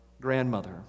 grandmother